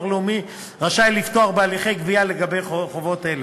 לאומי רשאי לפתוח בהליכי גבייה לגבי חובות אלה.